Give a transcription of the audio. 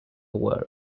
ware